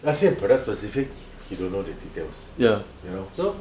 那些 product specific he don't know the details ya so